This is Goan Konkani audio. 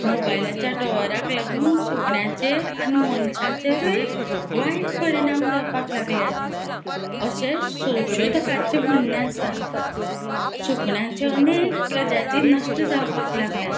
मोबायलाच्या टावराक लागून सुकण्यांचेर आनी मनशाचेरूय वायट परिणाम जावपाक लागल्यात अशें संशोधकाचें म्हण्णे आसा सुकण्यांचे अनेक प्रजाची नश्ट जावपाक लागल्यात